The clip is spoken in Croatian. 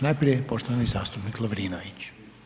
Najprije poštovani zastupnik Lovrinović.